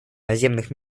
наземных